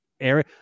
area